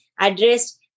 addressed